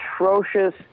atrocious